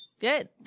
Good